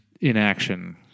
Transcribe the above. inaction